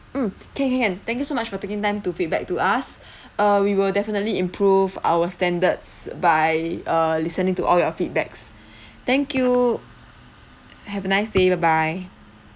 mm can can can thank you so much for taking time to feedback to us err we will definitely improve our standards by err listening to all your feedbacks thank you have a nice day bye bye